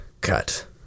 cut